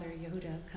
Yehuda